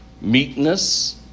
meekness